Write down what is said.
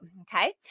okay